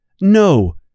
No